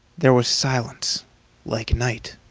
there was silence like night,